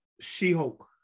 She-Hulk